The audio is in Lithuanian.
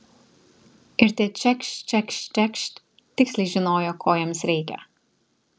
ir tie čekšt čekšt čekšt tiksliai žinojo ko jiems reikia